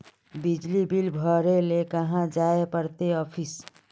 बिजली बिल भरे ले कहाँ जाय पड़ते ऑफिस?